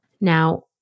Now